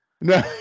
No